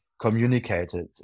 communicated